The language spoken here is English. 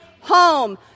home